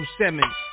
Simmons